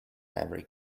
every